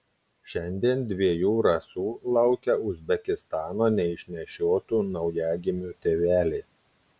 šiandien dviejų rasų laukia uzbekistano neišnešiotų naujagimių tėveliai